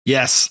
Yes